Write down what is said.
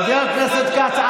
חבר הכנסת כץ.